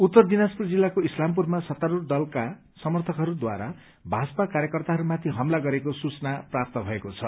उत्तर दिनाजपूर जिल्लाको इस्लामपूरमा सत्तारूढ़ दलका समर्थकहरूद्वारा भाजपा कार्यकर्ताहरूमाथि हमला गरेको सूचना प्राप्त भएको छ